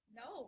no